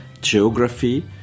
geography